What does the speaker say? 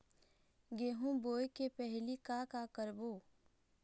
गेहूं बोए के पहेली का का करबो?